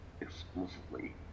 exclusively